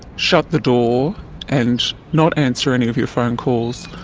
shut the door and not answer any of your phone calls,